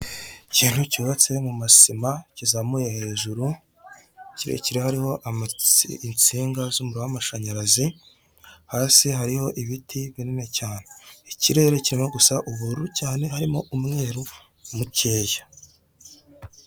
Ikintu cyubatse mu masima kizamuye hejuru, kirekire hariho insinga z'umuriro w'amashanyarazi, hasi hariho ibiti binini cyane, ikirere kirimo gusa ubururu cyane, harimo umweru mukeya.